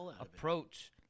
approach